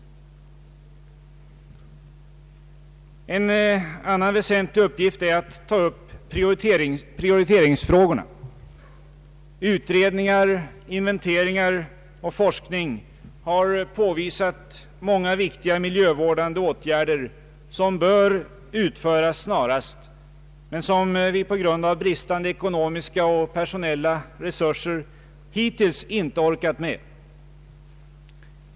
En annan väsentlig uppgift är att ta upp Pprioriteringsfrågorna. Utredningar, inventeringar och forskning har påvisat många viktiga miljövårdande åtgärder som snarast bör vidtas men som vi på grund av bristande ekonomiska och personella resurser hittills inte orkat med.